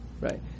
right